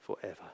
forever